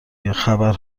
گهخبر